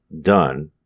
done